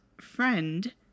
Friend